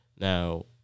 Now